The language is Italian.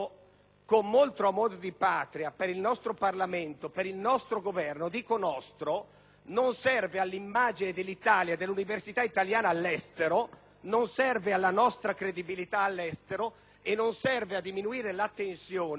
con molto amor di Patria per il nostro Parlamento e per il nostro Governo - e dico nostro! - non serve all'immagine dell'Italia e dell'università italiana all'estero, non serve alla nostra credibilità all'estero, né a diminuire la tensione